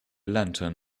lantern